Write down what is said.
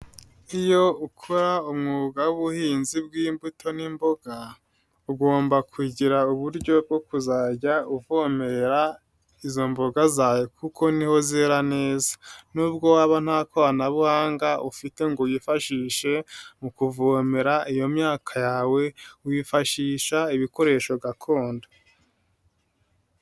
Iyo ukora umwuga w'ubuhinzi bw'imbuto n'imboga ugomba kugira uburyo bwo kuzajya uvomerera izo mboga zawe kuko niho zera neza, nubwo waba nta koranabuhanga ufite ngo wifashishe mu kuvomera iyo myaka yawe wifashisha ibikoresho gakondo.